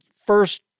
first